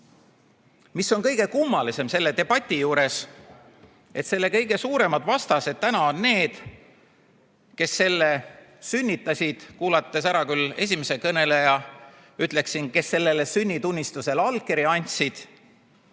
Mis on kõige kummalisem selle debati juures, et selle kõige suuremad vastased täna on need, kes selle sünnitasid. Kuulanud ära küll esimese kõneleja, ütleksin, kes selle sünnitunnistusele allkirja andsid.